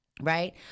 right